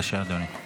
בבקשה, אדוני.